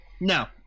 No